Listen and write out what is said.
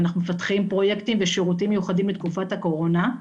ואנחנו מפתחים פרוייקטים ושירותים מיוחדים לתקופת הקורונה.